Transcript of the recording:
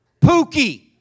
pookie